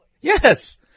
Yes